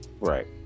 Right